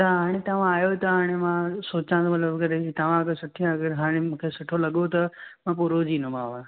ता हाणे तव्हां आहियो त हाणे मां सोचां थो मतिलबु मूंखे तव्हां अगरि सुठी अगरि हाणे मूंखे सुठो लॻो त त मां रोज़ु ईंदमि हा